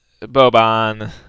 Boban